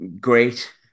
great